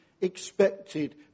expected